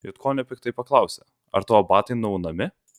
jutkonio piktai paklausė ar tavo batai nuaunami